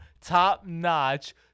top-notch